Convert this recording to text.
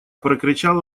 прокричал